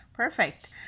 Perfect